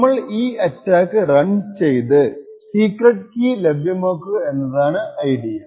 നമ്മൾ ഈ attack run ചെയ്ത് സീക്രെട്ട് കീ ലഭ്യമാക്കുക എന്നതാണ് ഐഡിയ